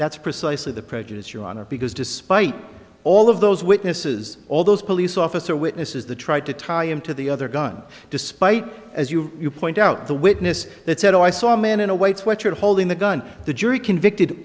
that's precisely the prejudice your honor because despite all of those witnesses all those police officer witnesses the tried to tie him to the other gun despite as you point out the witness that said oh i saw a man in a white sweater holding the gun the jury convicted